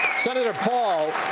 senator paul,